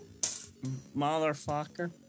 Motherfucker